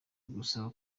gusaba